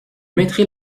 mettrai